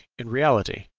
in reality,